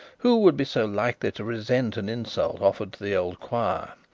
who would be so likely to resent an insult offered to the old choir?